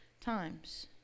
times